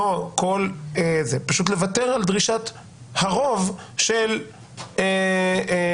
פשוט לוותר על דרישת הרוב של --- למה?